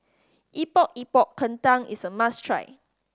Epok Epok Kentang is a must try